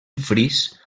fris